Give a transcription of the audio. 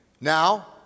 Now